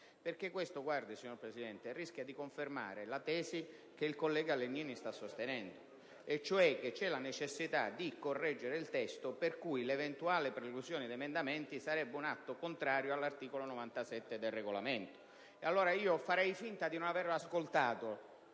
Parlamento, perché questo rischia di confermare la tesi che il collega Legnini sta sostenendo, cioè che c'è la necessità di correggere il testo per cui l'eventuale preclusione di emendamenti sarebbe un atto contrario all'articolo 97 del Regolamento. Farei allora finta di non aver ascoltato